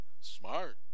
Smart